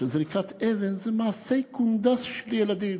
שזריקת אבן זה מעשה קונדס של ילדים?